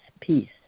peace